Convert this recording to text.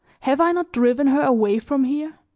have i not driven her away from here?